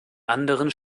anderen